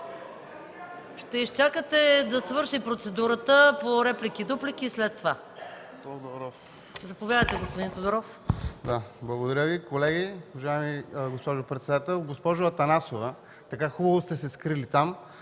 Ще изчакате да свърши процедурата по реплики и дуплики и след това. Заповядайте, господин Тодоров. ИЛИАН ТОДОРОВ (Атака): Благодаря Ви. Колеги, уважаема госпожо председател! Госпожо Атанасова, така хубаво сте се скрили там